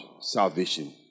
salvation